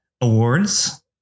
awards